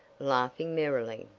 laughing merrily.